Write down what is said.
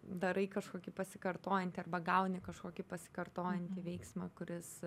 darai kažkokį pasikartojantį arba gauni kažkokį pasikartojantį veiksmą kuris